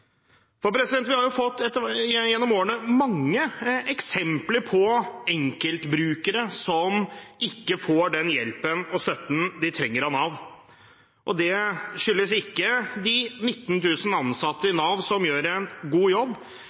Vi har jo opp gjennom årene fått mange eksempler på enkeltbrukere som ikke får den hjelpen og støtten de trenger av Nav. Det skyldes ikke de 19 000 ansatte i Nav, som gjør en god jobb,